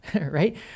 Right